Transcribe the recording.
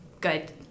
good